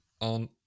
on